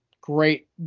great